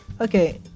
Okay